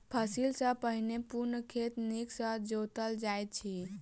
फसिल सॅ पहिने पूर्ण खेत नीक सॅ जोतल जाइत अछि